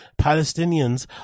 Palestinians